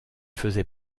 faisait